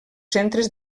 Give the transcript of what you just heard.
centres